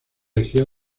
egeo